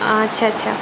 আচ্চা আচ্চা